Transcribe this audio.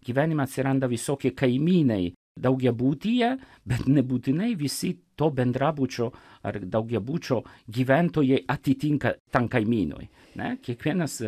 gyvenime atsiranda visokie kaimynai daugiabutyje bet nebūtinai visi to bendrabučio ar daugiabučio gyventojai atitinka tam kaimynui ne kiekvienas